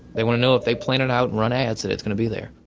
they want to know if they plan it out and run ads that it's going to be there.